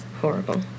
Horrible